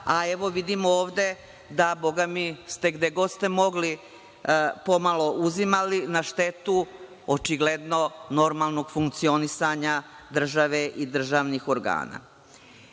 a vidimo ovde da bogami gde god ste mogli pomalo ste uzimali na štetu očigledno normalnog funkcionisanja države i državnih organa. Pitanje